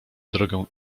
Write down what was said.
drogę